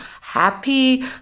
happy